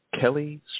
kelly